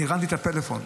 אני הרמתי את הטלפון.